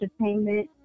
Entertainment